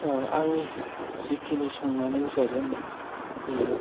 आंनि जेखिनि संनानै जाजेननाय बियो